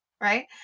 Right